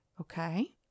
okay